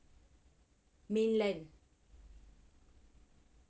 mainland